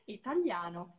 italiano